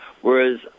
Whereas